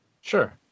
Sure